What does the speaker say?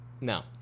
no